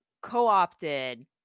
co-opted